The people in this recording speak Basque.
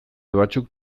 batzuk